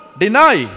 deny